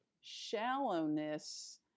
shallowness